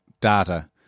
data